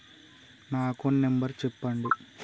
నా account number చెప్పండి?